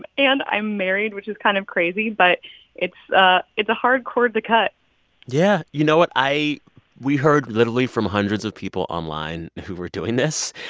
and i'm married, which is kind of crazy. but it's ah it's a hard cord to cut yeah. you know what? i we heard literally from hundreds of people online who were doing this,